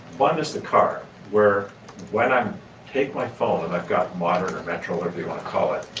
one is the car where when i take my phone and i've got modern or metro, whatever you want to call it,